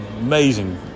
amazing